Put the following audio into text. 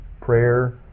prayer